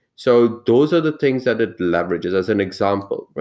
so those are the things that it leverages, as an example.